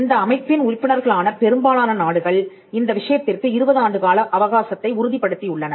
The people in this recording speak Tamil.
இந்த அமைப்பின் உறுப்பினர்களான பெரும்பாலான நாடுகள் இந்த விஷயத்திற்கு 20 ஆண்டுகால அவகாசத்தை உறுதிப்படுத்தியுள்ளன